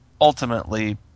ultimately